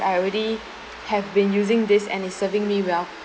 as I already have been using this and is serving me well